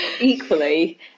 equally